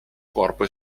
corpo